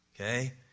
Okay